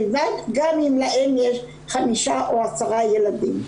גם אם לאם יש חמישה או עשרה ילדים.